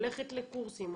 הולכת לקורסים,